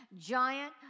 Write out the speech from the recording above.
giant